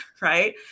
right